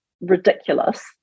ridiculous